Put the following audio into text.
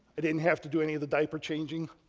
i didn't have to do any of the diaper changing